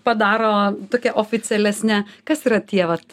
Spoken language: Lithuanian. padaro tokia oficialesne kas yra tie vat